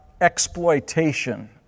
exploitation